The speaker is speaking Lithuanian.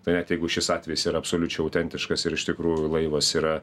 tai net jeigu šis atvejis yra absoliučiai autentiškas ir iš tikrųjų laivas yra